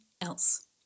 else